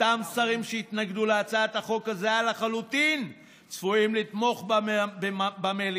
אותם שרים שהתנגדו להצעת החוק הזהה לחלוטין צפויים לתמוך בה במליאה.